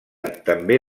també